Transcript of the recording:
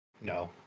No